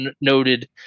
noted